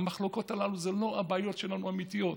המחלוקות הללו הן לא הבעיות האמיתיות שלנו.